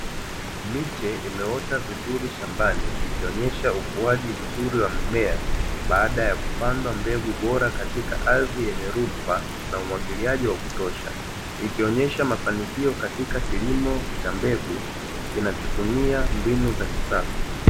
Miche imeota vizuri shambani ikionyesha uotaji mzuri wa mimea baada ya kupanda mbegu bora katika ardhi yenye rutuba na umwagiliaji wa kutosha, ikionesha mafanikio katika kilimo cha mbegu kinachotumia kilimo cha kisasa